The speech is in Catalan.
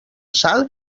sal